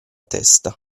testa